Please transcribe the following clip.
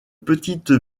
petite